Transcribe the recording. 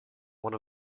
one